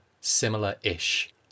similar-ish